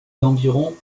d’environ